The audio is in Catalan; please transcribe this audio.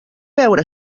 veure